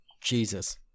Jesus